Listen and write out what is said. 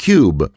Cube